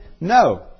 No